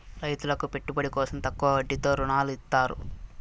రైతులకు పెట్టుబడి కోసం తక్కువ వడ్డీతో ఋణాలు ఇత్తారు